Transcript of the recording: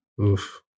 Oof